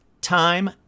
time